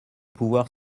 pouvoir